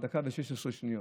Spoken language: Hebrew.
עוד דקה ו-16 שניות.